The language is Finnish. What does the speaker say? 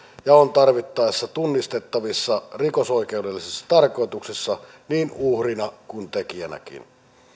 ja on tarvittaessa tunnistettavissa rikosoikeudellisessa tarkoituksessa niin uhrina kuin tekijänäkin